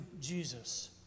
Jesus